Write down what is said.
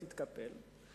תתקפל.